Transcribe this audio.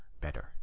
better